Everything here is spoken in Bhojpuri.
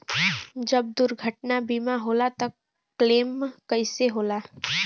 जब दुर्घटना बीमा होला त क्लेम कईसे होला?